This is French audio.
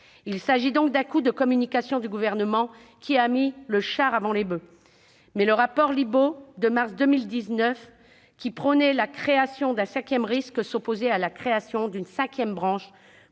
Il s'agit donc d'un coup de communication du Gouvernement, qui a mis la charrue devant les boeufs. Le rapport Libault de mars 2019 prônait la création d'un cinquième risque, mais s'opposait à la création d'une cinquième branche,